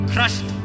Crushed